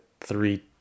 three